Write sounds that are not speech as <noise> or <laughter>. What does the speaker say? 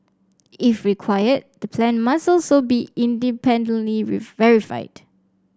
if required the plan must also be independently <unintelligible> verified